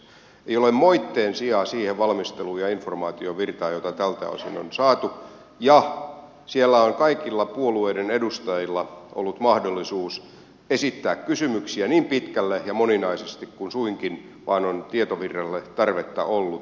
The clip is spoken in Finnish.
ei ole moitteen sijaa siihen valmisteluun ja informaatiovirtaan jota tältä osin on saatu ja siellä on kaikilla puolueiden edustajilla ollut mahdollisuus esittää kysymyksiä niin pitkälle ja moninaisesti kuin suinkin vaan on tietovirralle tarvetta ollut